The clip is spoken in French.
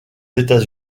états